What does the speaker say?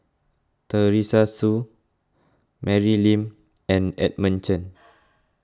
Teresa Hsu Mary Lim and Edmund Chen